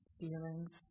feelings